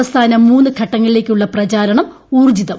അവസാന മൂന്ന് ഘട്ടങ്ങളിലേക്കുള്ള പ്രചാരണം ഊർജ്ജിതം